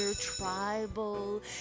tribal